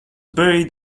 buried